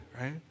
right